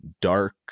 dark